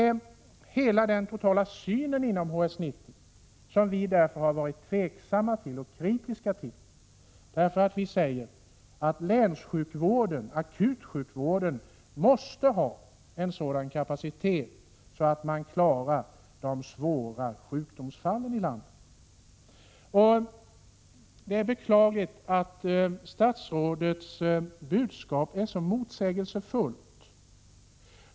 Därför har vi varit tveksamma till hela den syn som ligger till grund för HS 90. Vi menar att länssjukvården och akutsjukvården måste ha en sådan kapacitet att de svåra sjukdomsfallen i landet kan klaras. Det är beklagligt att statsrådets budskap är så motsägelsefullt.